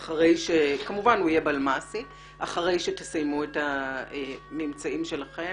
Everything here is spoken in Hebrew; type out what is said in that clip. שיהיה בלמ"ס וזה אחרי שתסיימו את הממצאים שלכם.